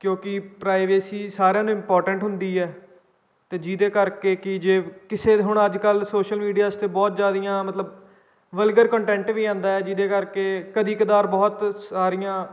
ਕਿਉਂਕਿ ਪ੍ਰਾਈਵੇਸੀ ਸਾਰਿਆਂ ਨੂੰ ਇੰਪੋਰਟੈਂਟ ਹੁੰਦੀ ਹੈ ਅਤੇ ਜਿਹਦੇ ਕਰਕੇ ਕਿ ਜੇ ਕਿਸੇ ਹੁਣ ਅੱਜ ਕੱਲ੍ਹ ਸੋਸ਼ਲ ਮੀਡੀਆ ਵਾਸਤੇ ਬਹੁਤ ਜ਼ਿਆਦੀਆਂ ਮਤਲਬ ਵਲਗਰ ਕੰਟੈਂਟ ਵੀ ਆਉਂਦਾ ਜਿਹਦੇ ਕਰਕੇ ਕਦੀ ਕਦਾਰ ਬਹੁਤ ਸਾਰੀਆਂ